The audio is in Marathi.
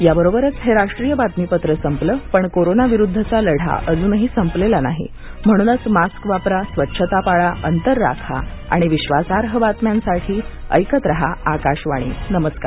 याबरोबरच हे राष्ट्रीय बातमीपत्र संपलं पण कोरोना विरुद्धचा लढा अजून संपलेला नाही म्हणूनच मास्क वापरा स्वच्छता पाळा अंतर राखा आणि विश्वासार्ह बातम्यांसाठी ऐकत रहा आकाशवाणी नमस्कार